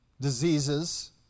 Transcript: diseases